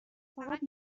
فقط